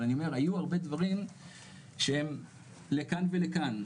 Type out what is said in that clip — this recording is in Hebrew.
אבל אני אומר היו הרבה דברים שהם לכאן ולכאן.